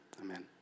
amen